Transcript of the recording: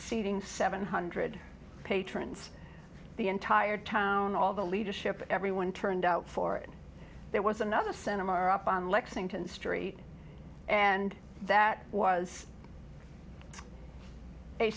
seating seven hundred patrons the entire town all the leadership everyone turned out for it there was another cinema up on lexington street and that was a